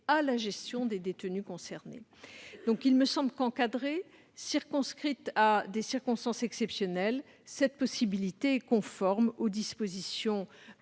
à la gestion de leur détention. Il me semble que, encadrée et circonscrite à des circonstances exceptionnelles, cette possibilité est conforme aux dispositions